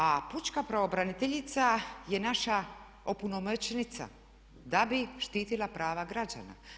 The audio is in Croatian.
A pučka pravobraniteljica je naša opunomoćenica da bi štitila prava građana.